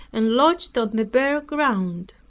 and lodged on the bare ground.